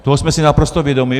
Toho jsme si naprosto vědomi.